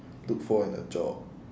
look for in a job